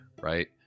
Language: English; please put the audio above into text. right